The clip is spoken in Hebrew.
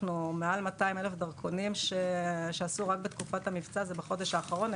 אנחנו מעל ל-200,000 דרכונים שיצאו רק בתקופת המבצע ובחודש האחרון.